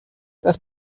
das